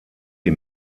die